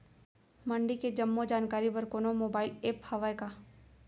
मंडी के जम्मो जानकारी बर कोनो मोबाइल ऐप्प हवय का?